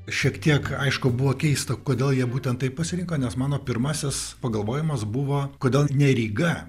šiek tiek aišku buvo keista kodėl jie būtent taip pasirinko nes mano pirmasis pagalvojimas buvo kodėl ne ryga